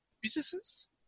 businesses